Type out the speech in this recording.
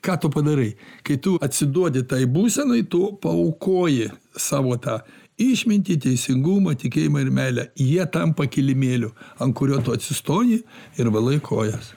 ką tu padarei kai tu atsiduodi tai būsenai tu paaukoji savo tą išmintį teisingumą tikėjimą ir meilę jie tampa kilimėliu ant kurio tu atsistoji ir valai kojas